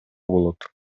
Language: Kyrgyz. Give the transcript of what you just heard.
болот